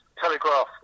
Telegraph